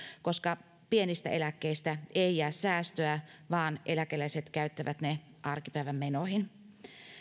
koska pienistä eläkkeistä ei jää säästöä vaan eläkeläiset käyttävät ne arkipäivän menoihin